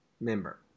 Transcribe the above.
member